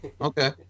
Okay